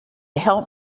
help